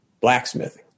blacksmithing